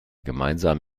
gemeinsam